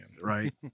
Right